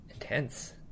intense